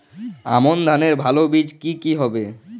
আমান ধানের ভালো বীজ কি কি হবে?